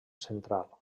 central